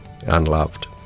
unloved